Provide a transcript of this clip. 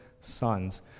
sons